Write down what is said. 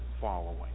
following